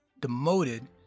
demoted